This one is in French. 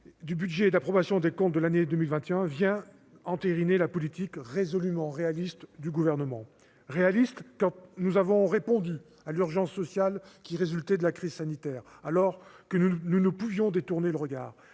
du budget et d'approbation des comptes de l'année 2021 vient entériner la politique résolument réaliste du Gouvernement. Réaliste, notre politique l'était quand nous avons répondu à l'urgence sociale qui résultait de la crise sanitaire, alors que nous ne pouvions détourner le regard